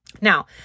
Now